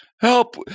Help